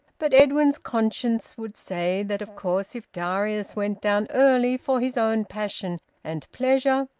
but edwin's conscience would say that of course if darius went down early for his own passion and pleasure,